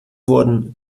wurden